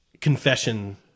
confession